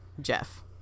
Jeff